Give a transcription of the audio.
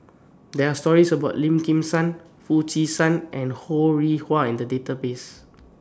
There Are stories about Lim Kim San Foo Chee San and Ho Rih Hwa in The Database